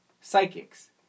psychics